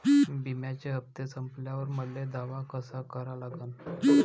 बिम्याचे हप्ते संपल्यावर मले दावा कसा करा लागन?